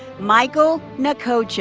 michael nwokocha.